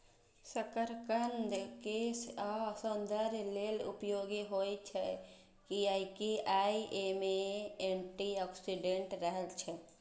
शकरकंद केश आ सौंदर्य लेल उपयोगी होइ छै, कियैकि अय मे एंटी ऑक्सीडेंट रहै छै